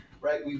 right